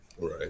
right